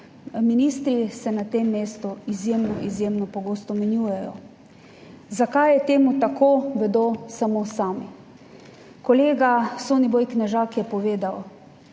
Ministri se na tem mestu izjemno pogosto menjujejo. Zakaj je temu tako, vedo samo sami. Kolega Soniboj Knežak je povedal